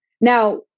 Now